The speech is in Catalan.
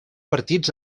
partits